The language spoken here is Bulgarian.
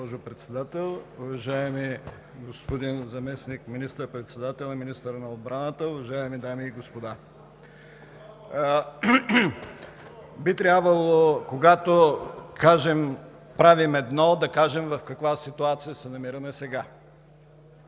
Би трябвало, когато правим едно, да кажем в каква ситуация се намираме сега.